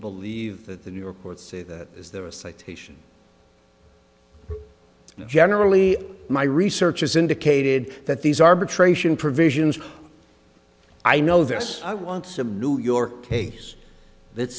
believe that the new reports is there a citation generally my research has indicated that these arbitration provisions i know this i want some new york case that